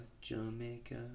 Jamaica